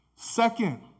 Second